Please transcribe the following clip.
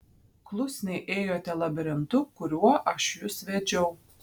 klusniai ėjote labirintu kuriuo aš jus vedžiau